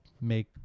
make